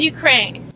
Ukraine